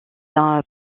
d’un